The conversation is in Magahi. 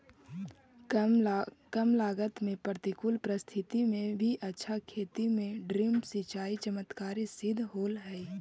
कम लागत में प्रतिकूल परिस्थिति में भी अच्छा खेती में ड्रिप सिंचाई चमत्कारी सिद्ध होल हइ